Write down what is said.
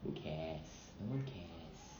who cares no one cares